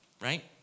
right